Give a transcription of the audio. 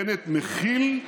בנט מכיל,